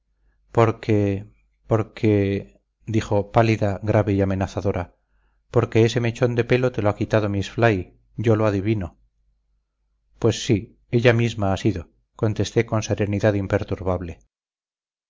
porque porque dijo pálida grave y amenazadora porque ese mechón de pelo te lo ha quitado miss fly yo lo adivino pues sí ella misma ha sido contesté con serenidad imperturbable